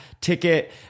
ticket